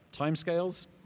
Timescales